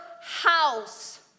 house